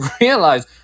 realize